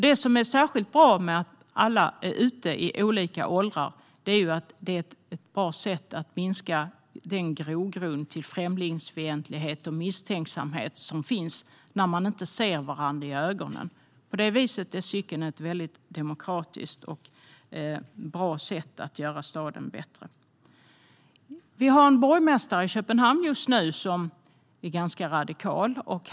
Det är särskilt bra att alla i olika åldrar är ute eftersom det är ett bra sätt att minska den grogrund för främlingsfientlighet och misstänksamhet som finns när man inte ser varandra i ögonen. På det viset är cykling ett demokratiskt och bra sätt att göra staden bättre. Köpenhamn har just nu en ganska radikal borgmästare.